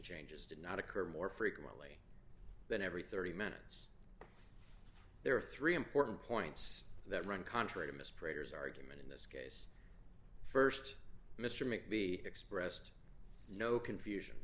changes did not occur more frequently than every thirty minutes there are three important points that run contrary to miss prater's argument in this case st mr make the expressed no confusion